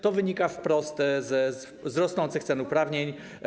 To wynika wprost z rosnących cen uprawnień.